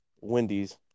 Wendy's